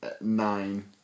nine